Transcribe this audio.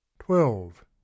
Twelve